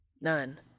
None